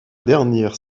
dernière